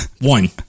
One